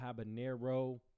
Habanero